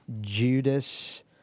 Judas